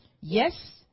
Yes